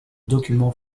document